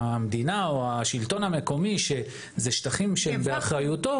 המדינה או השלטון המקומי שהשטחים האלה הם באחריותו.